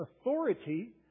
authority